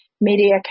Media